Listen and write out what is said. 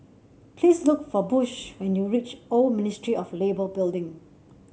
please look for Bush when you reach Old Ministry of Labour Building